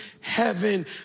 heaven